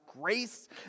grace